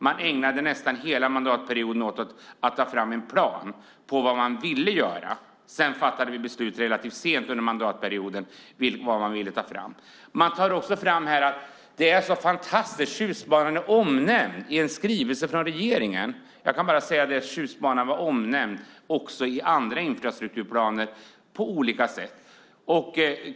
Man ägnade nästan hela mandatperioden åt att ta fram en plan för vad man ville göra. Sedan fattade vi beslut relativt sent under mandatperioden om det man ville ta fram. Man tar också fram här att det är så fantastiskt att Tjustbanan är omnämnd i en skrivelse från regeringen. Jag kan bara säga att Tjustbanan har varit omnämnd också i andra infrastrukturplaner på olika sätt.